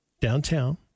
downtown